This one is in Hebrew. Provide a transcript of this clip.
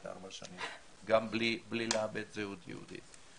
ארבע שנים גם בלי לאבד את הזהות היהודית.